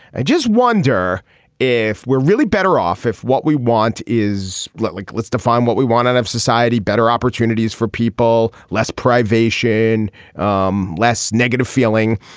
i just wonder if we're really better off if what we want is like let's define what we want out of society better opportunities for people less privation um less negative feeling.